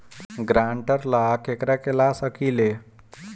ग्रांतर ला केकरा के ला सकी ले?